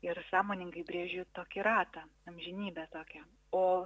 ir sąmoningai brėžia tokį ratą amžinybė tokia o